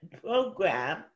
program